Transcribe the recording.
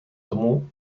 tomu